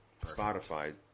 Spotify